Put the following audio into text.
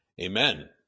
Amen